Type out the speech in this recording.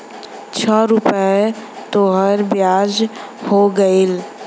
छह रुपइया तोहार बियाज हो गएल